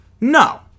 No